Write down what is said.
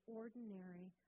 ordinary